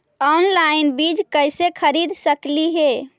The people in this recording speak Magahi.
ऑनलाइन बीज कईसे खरीद सकली हे?